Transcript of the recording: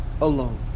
alone